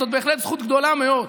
זאת בהחלט זכות גדולה מאוד.